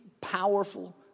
powerful